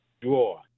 draw